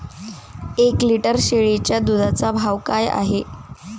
एक लिटर शेळीच्या दुधाचा भाव काय आहे?